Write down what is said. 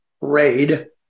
raid